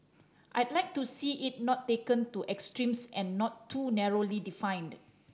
I'd like to see it not taken to extremes and not too narrowly defined